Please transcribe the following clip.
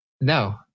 no